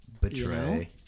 Betray